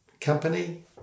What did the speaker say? company